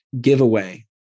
giveaway